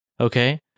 okay